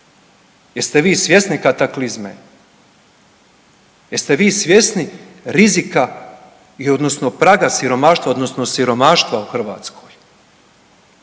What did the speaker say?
Jeste vi svjesni kataklizme? Jeste vi svjesni rizika odnosno praga siromaštva odnosno siromaštva u Hrvatskoj?